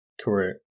Correct